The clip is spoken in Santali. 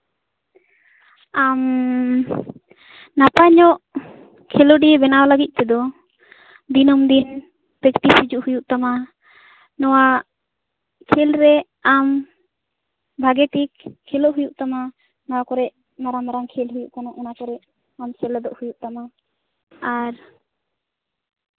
ᱟᱢ ᱱᱟᱯᱟᱭ ᱧᱚᱜ ᱠᱷᱮᱞᱳᱰᱤᱭᱟᱹ ᱵᱮᱱᱟᱣ ᱞᱟᱜᱤᱫ ᱛᱮᱫᱚ ᱫᱤᱱᱟᱹᱢ ᱫᱤᱱ ᱯᱮᱠᱴᱤᱥ ᱦᱤᱡᱩᱜ ᱦᱩᱭᱩᱜ ᱛᱟᱢᱟ ᱱᱚᱣᱟ ᱠᱷᱮᱞ ᱨᱮ ᱟᱢ ᱵᱷᱟᱜᱮ ᱴᱷᱤᱠ ᱠᱷᱮᱞᱳᱜ ᱦᱩᱭᱩᱜ ᱛᱟᱢᱟ ᱱᱚᱣᱟ ᱠᱚᱨᱮ ᱢᱟᱨᱟᱝᱼᱢᱟᱨᱟᱝ ᱠᱷᱮᱞ ᱦᱩᱭᱩᱜ ᱠᱟᱱᱟ ᱚᱱᱟ ᱠᱚᱨᱮ ᱟᱢ ᱥᱮᱞᱮᱫᱚᱜ ᱦᱩᱭᱩᱜ ᱛᱟᱢᱟ ᱟᱨ